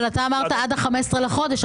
אבל אתה אמרת עד ה-15 בחודש.